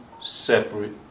separate